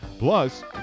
Plus